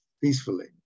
peacefully